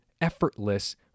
effortless